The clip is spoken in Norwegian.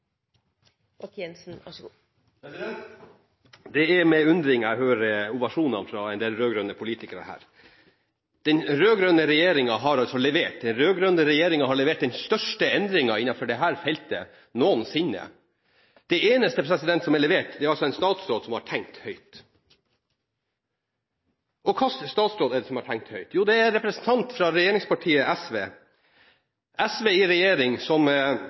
med undring jeg hører ovasjonene fra en del rød-grønne politikere her. Den rød-grønne regjeringen har altså levert – den rød-grønne regjeringen har levert den største endringen innenfor dette feltet noensinne. Det eneste som er levert, er en statsråd som har tenkt høyt. Og hva slags statsråd er det som har tenkt høyt? Jo, det er en representant fra regjeringspartiet SV, SV i regjering, som